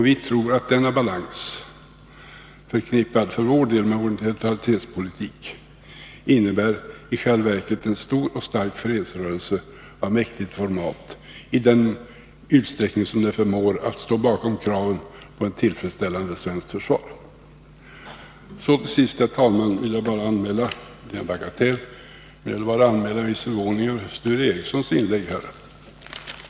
Vi tror att denna balans, förknippad för vår del med vår neutralitetspolitik, i själva verket innebär en stor och stark fredsrörelse av mäktigt format, i den utsträckning som den förmår att stå bakom kraven på ett tillfredsställande svenskt försvar. Så till sist, herr talman, vill jag bara anmäla en bagatell. Jag vill anmäla en viss förvåning över Sture Ericsons inlägg här.